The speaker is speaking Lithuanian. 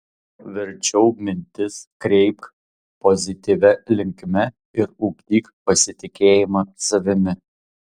verčiau mintis kreipk pozityvia linkme ir ugdyk pasitikėjimą savimi